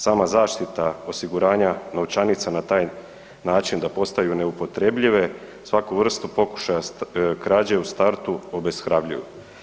Sama zaštita osiguranja novčanica na taj način da postaju neupotrebljive, svaku vrstu pokušaja krađe u startu obeshrabruju.